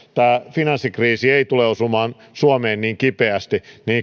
finanssikriisi ei tule osumaan suomeen niin kipeästi